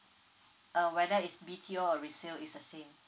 uh whether is B_T_O or resale is the same